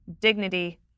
dignity